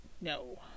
no